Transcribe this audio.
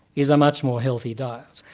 is a much more healthy diet.